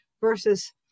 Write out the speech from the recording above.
versus